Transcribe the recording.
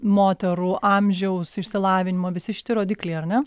moterų amžiaus išsilavinimo visi šiti rodikliai ar ne